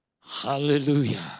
Hallelujah